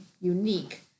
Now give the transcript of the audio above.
unique